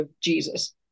Jesus